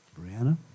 Brianna